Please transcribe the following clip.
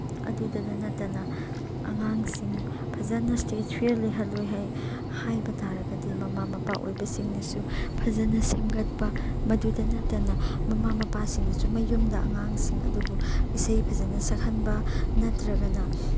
ꯑꯗꯨꯗꯗ ꯅꯠꯇꯅ ꯑꯉꯥꯡꯁꯤꯡ ꯐꯖꯅ ꯏꯁꯇꯦꯖ ꯐꯤꯌꯔ ꯂꯩꯍꯜꯂꯣꯏ ꯍꯥꯏꯕ ꯇꯥꯔꯒꯗꯤ ꯃꯃꯥ ꯃꯄꯥ ꯑꯣꯏꯕꯁꯤꯡꯅꯁꯨ ꯐꯖꯅ ꯁꯦꯝꯒꯠꯄ ꯃꯗꯨꯗ ꯅꯠꯇꯅ ꯃꯃꯥ ꯃꯄꯥꯁꯤꯡꯅꯁꯨ ꯃꯌꯨꯝꯗ ꯑꯉꯥꯡꯁꯤꯡ ꯑꯗꯨꯕꯨ ꯏꯁꯩ ꯐꯖꯅ ꯁꯛꯍꯟꯕ ꯅꯠꯇ꯭ꯔꯒꯅ